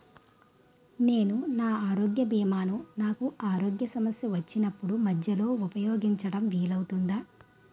నేను నా ఆరోగ్య భీమా ను నాకు ఆరోగ్య సమస్య వచ్చినప్పుడు మధ్యలో ఉపయోగించడం వీలు అవుతుందా?